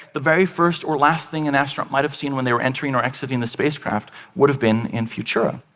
the very first or last thing an astronaut might have seen when they were entering or exiting the spacecraft would have been in futura.